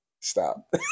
Stop